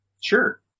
Sure